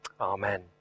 Amen